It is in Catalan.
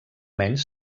menys